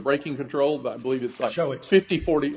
breaking control but i believe its not show it fifty forty